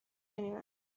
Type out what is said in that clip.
anyone